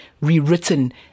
rewritten